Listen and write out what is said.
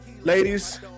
Ladies